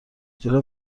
زیرا